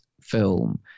film